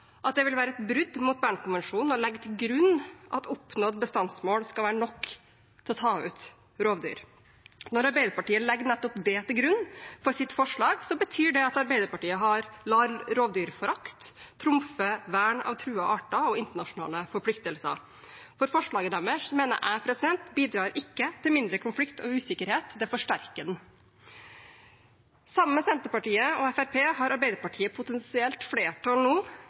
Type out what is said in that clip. at det vil være et brudd på Bernkonvensjonen å legge til grunn at oppnådd bestandsmål skal være nok til å ta ut rovdyr. Når Arbeiderpartiet legger nettopp det til grunn for sitt forslag, betyr det at Arbeiderpartiet lar rovdyrforakt trumfe vern av truede arter og internasjonale forpliktelser. Jeg mener at forslaget deres ikke bidrar til mindre konflikt og usikkerhet – det forsterker det. Sammen med Senterpartiet og Fremskrittspartiet har Arbeiderpartiet nå potensielt flertall